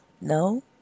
no